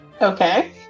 Okay